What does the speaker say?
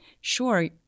sure